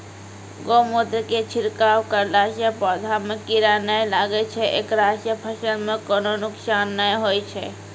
गोमुत्र के छिड़काव करला से पौधा मे कीड़ा नैय लागै छै ऐकरा से फसल मे कोनो नुकसान नैय होय छै?